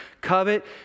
covet